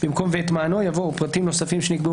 במקום "ואת מענו" יבוא "ופרטים נוספים שנקבעו